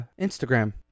Instagram